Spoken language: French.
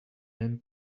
n’aime